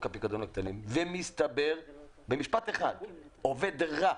הפיקדון על המכלים הקטנים ומסתבר שזה עובד רע,